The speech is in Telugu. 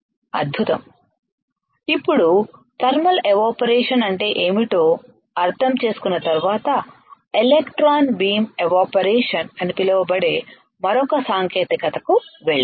అద్భుతం ఇప్పుడు థర్మల్ ఎవాపరేషన్ అంటే ఏమిటో అర్థం చేసుకున్న తర్వాత ఎలక్ట్రాన్ బీమ్ ఎవాపరేషన్ అని పిలువబడే మరొక సాంకేతికతకు వెళ్ళాలి